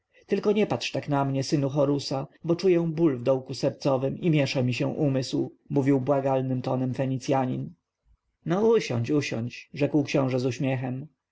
tylko nie patrz tak na mnie synu horusa bo czuję ból w dołku sercowym i miesza mi się umysł mówił błagającym tonem fenicjanin no usiądź usiądź rzekł książę z uśmiechem